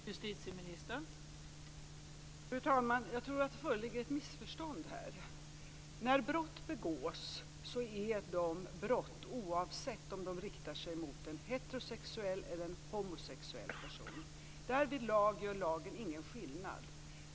Fru talman! Jag tror att det föreligger ett missförstånd här. När brott begås är det brott oavsett om de riktar sig mot en heterosexuell eller en homosexuell person. Därvidlag gör lagen ingen skillnad.